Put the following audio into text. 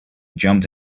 jumped